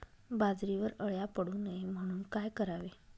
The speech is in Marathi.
बाजरीवर अळ्या पडू नये म्हणून काय करावे?